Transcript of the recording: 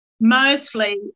mostly